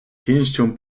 pięścią